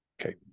okay